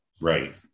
Right